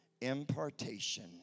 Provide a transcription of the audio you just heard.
impartation